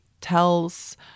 tells